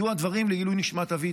יהיו הדברים לעילוי נשמת אבי.